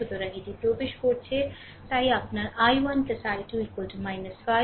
সুতরাং এটি প্রবেশ করছে তাই আপনার i1 i2 5